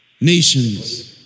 nations